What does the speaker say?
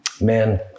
Man